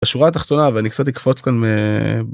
השורה התחתונה ואני קצת אקפוץ כאן.